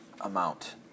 amount